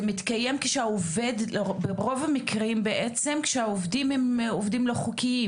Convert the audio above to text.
זה מתקיים ברוב המקרים כשהעובדים הם עובדים לא חוקיים.